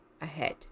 ahead